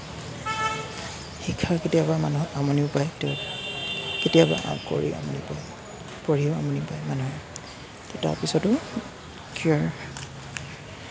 শিক্ষাই কেতিয়াবা মানুহক আমনিও পায় কেতিয়াবা কৰি আমনি পায় পঢ়িও আমনি পায় মানুহে তাৰপিছতো ক্ৰীড়াৰ